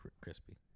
crispy